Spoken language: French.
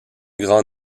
grand